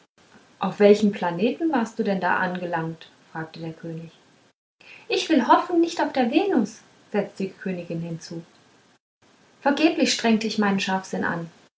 auf welchem planeten warst du denn da angelangt fragte der könig ich will hoffen nicht auf der venus setzte die königin hinzu vergeblich strengte ich meinen scharfsinn an